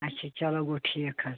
آچھا چلو گوٚو ٹھیٖک حظ